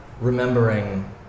remembering